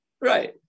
Right